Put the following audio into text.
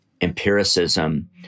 empiricism